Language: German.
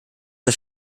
des